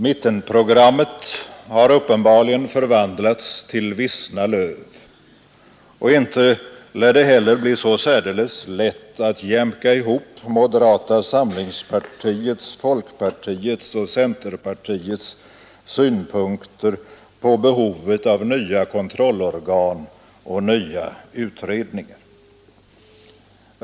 Mittenprogrammet har uppenbarligen förvandlats till vissna löv, och inte lär det bli så särdeles lätt att jämka ihop moderata samlingspartiets, folkpartiets och centerpartiets synpunkter på behovet av nya kontrollorgan och utredningar.